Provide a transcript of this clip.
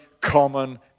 common